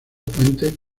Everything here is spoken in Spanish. puentes